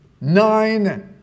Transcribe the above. nine